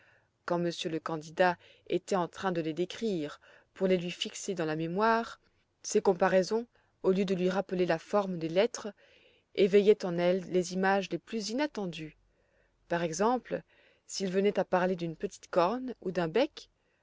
quand monsieur le candidat était en train de les décrire pour les lui fixer dans la mémoire ces comparaisons au lieu de lui rappeler la forme des lettres éveillaient en elle les images les plus inattendues par exemple s'il venait à parler d'une petite corne on d'un bec